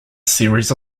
series